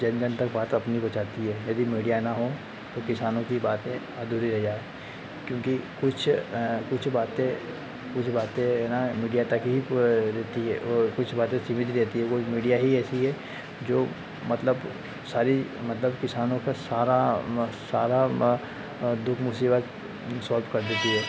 अब जन जन तक बात अपनी पहुँचाती है यदि मीडिया न हो तो किसानों की बातें अधूरी रह जाएँ क्योंकि कुछ कुछ बातें कुछ बातें है मीडिया तक ही रहती हैं और कुछ बातें सीमित भी रहती हैं कुछ मीडिया ही ऐसा है जो मतलब सारी मतलब किसानों को सारा म सारा म दुख मुसीबत सॉल्व कर देता है